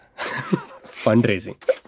Fundraising